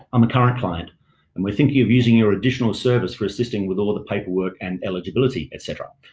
i'm a current client, and we're thinking of using your additional service for assisting with all the paperwork and eligibility, etc.